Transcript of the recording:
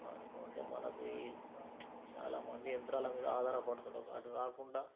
కాకపోతే మనకి చాలా మంది యంత్రాల మీద ఆధారపడుతున్నారు అటు కాకుండా